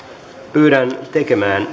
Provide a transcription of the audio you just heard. pyydän tekemään